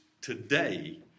today